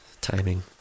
Timing